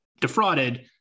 defrauded